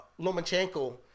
Lomachenko